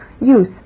Use